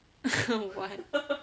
what